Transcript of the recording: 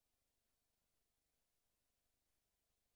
כפי שנאמר.